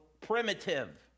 primitive